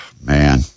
Man